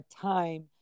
time